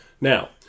now